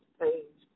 page